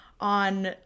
on